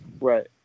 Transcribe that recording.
Right